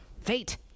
fate